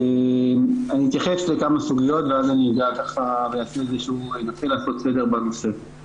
אני אתייחס לאותן הסוגיות ואז אגע ואתחיל לעשות סדר בנושא: